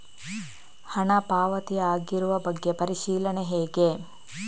ಹಣ ಪಾವತಿ ಆಗಿರುವ ಬಗ್ಗೆ ಪರಿಶೀಲನೆ ಹೇಗೆ?